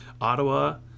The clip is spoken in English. Ottawa